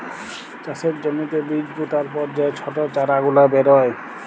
চাষের জ্যমিতে বীজ পুতার পর যে ছট চারা গুলা বেরয়